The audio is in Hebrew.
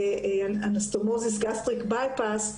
ה-One anastomosis gastric bypass,